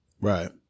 right